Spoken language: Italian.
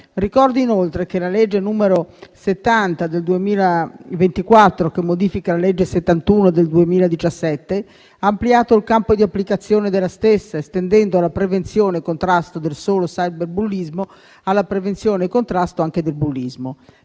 Ricordo inoltre che la legge n. 70 del 2024, che modifica la legge n. 71 del 2017, ha ampliato il campo di applicazione della stessa, estendendo la prevenzione e il contrasto del solo cyberbullismo alla prevenzione e al contrasto anche del bullismo.